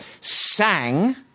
sang